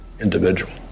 individual